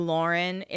Lauren